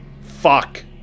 Fuck